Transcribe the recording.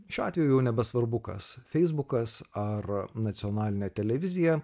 šiuo atveju jau nebesvarbu kas feisbukas ar nacionalinė televizija